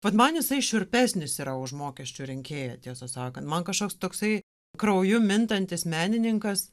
vat man jisai šiurpesnis yra už mokesčių rinkėją tiesą sakant man kažkoks toksai krauju mintantis menininkas